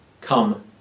come